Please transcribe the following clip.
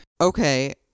Okay